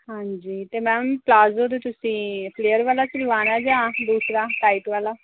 ਹਾਂਜੀ ਅਤੇ ma'am palazzo 'ਤੇ ਤੁਸੀਂ ਫਲੇਅਰ ਵਾਲਾ ਸਿਲਵਾਉਣਾ ਹੈ ਜਾਂ ਦੂਸਰਾ ਟਾਈਟ ਵਾਲਾ